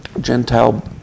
Gentile